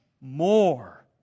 more